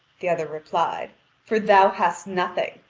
the other replied for thou hast nothing,